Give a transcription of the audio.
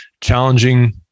challenging